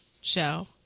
show